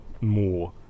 more